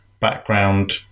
background